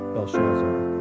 Belshazzar